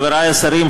חברי השרים,